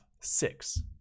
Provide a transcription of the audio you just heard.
six